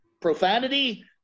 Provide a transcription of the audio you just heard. profanity